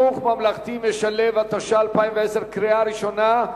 (חינוך ממלכתי משלב), התש"ע 2010, קריאה ראשונה.